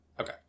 Okay